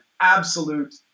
absolute